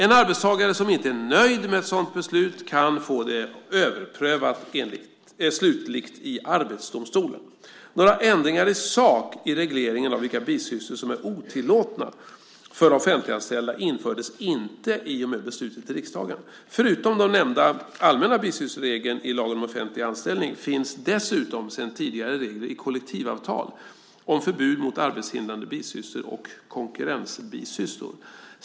En arbetstagare som inte är nöjd med ett sådant beslut kan få det överprövat slutligt i Arbetsdomstolen. Några ändringar i sak i regleringen av vilka bisysslor som är otillåtna för offentliganställda infördes inte i och med beslutet i riksdagen. Förutom den nämnda allmänna bisyssleregeln i lagen om offentlig anställning finns dessutom sedan tidigare regler i kollektivavtal om förbud mot arbetshindrande bisysslor och konkurrensbisysslor.